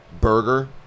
burger